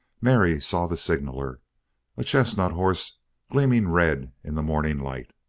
mary saw the signaler a chestnut horse gleaming red in the morning light.